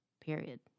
period